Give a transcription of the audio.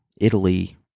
Italy